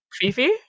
Fifi